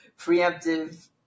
preemptive